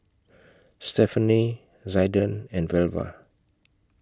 Stephanie Zaiden and Velva